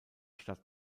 stadt